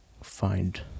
find